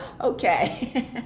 Okay